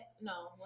no